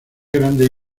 grandes